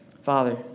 Father